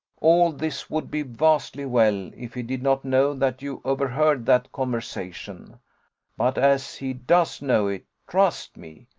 all this would be vastly well, if he did not know that you overheard that conversation but as he does know it, trust me,